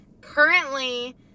Currently